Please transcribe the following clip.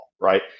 right